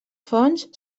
fonts